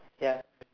ya